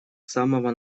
самого